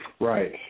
Right